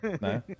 no